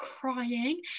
crying